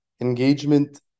Engagement